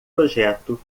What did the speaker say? projeto